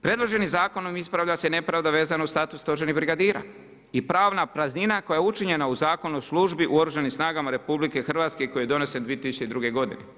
Predloženim zakonom ispravlja se i nepravda vezano uz status stožernih brigadira i pravna praznina koja je učinjena u Zakonu o službi u Oružanim snagama RH koji je donesen 2002. godine.